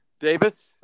Davis